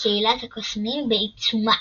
קהילת הקוסמים בעיצומה.